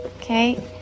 okay